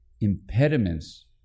impediments